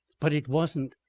but it wasn't.